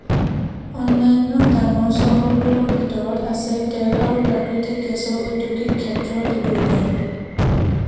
অন্যান্য ডাঙৰ চহৰবোৰৰ ভিতৰত আছে তেল আৰু প্ৰাকৃতিক গেছৰ উদ্যোগিক ক্ষেত্ৰ ডিব্ৰুগড়